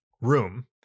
room